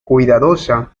cuidadosa